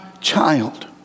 child